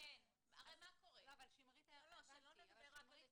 --- שלא נדבר רק על הסכם.